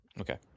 okay